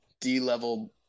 D-level